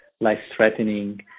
life-threatening